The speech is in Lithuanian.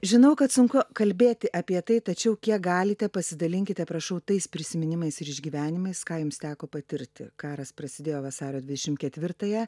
žinau kad sunku kalbėti apie tai tačiau kiek galite pasidalinkite prašau tais prisiminimais ir išgyvenimais ką jums teko patirti karas prasidėjo vasario dvidešim ketvirtąją